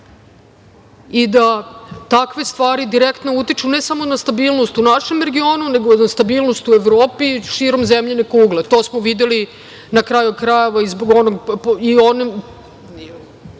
i da takve stvari direktno utiču ne samo na stabilnost u našem regionu, nego na stabilnost u Evropi i širom zemljine kugle. Na kraju krajeva, to